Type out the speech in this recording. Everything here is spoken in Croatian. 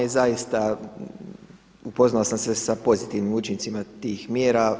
I zaista upoznao sam se sa pozitivnim učincima tih mjera.